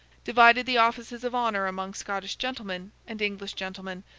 divided the offices of honour among scottish gentlemen and english gentlemen,